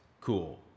cool